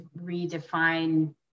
redefine